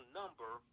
number